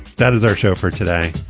that is our show for today.